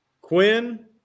Quinn